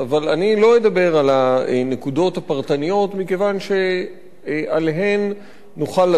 אבל אני לא אדבר על הנקודות הפרטניות מכיוון שעליהן נוכל לדון,